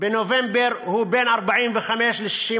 בנובמבר הוא בין 45 ל-60.